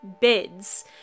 bids